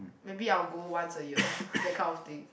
maybe I will go once a year that kind of thing